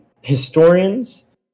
historians